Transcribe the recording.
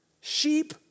Sheep